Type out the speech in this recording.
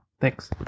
Thanks